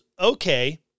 okay